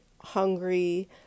hungry